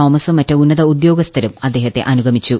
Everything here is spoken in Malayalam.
തോമസും മറ്റ് ഉന്നത ഉദ്യോഗസ്ഥരും അദ്ദേഹത്തെ അനുഗമിച്ചു